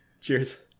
Cheers